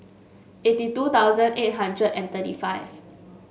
eighty two thousand eight hundred and thirty five